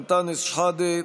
אנטאנס שחאדה,